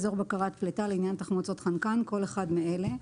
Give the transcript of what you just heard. "אזור בקרת פליטה" לעניין תחמוצות חנקן, כל אחד מאלה: